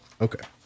okay